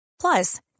Plus